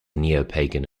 neopagan